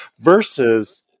versus